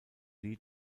lee